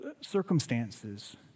Circumstances